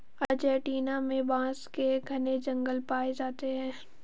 Argentina में बांस के घने जंगल पाए जाते हैं